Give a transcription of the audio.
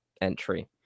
entry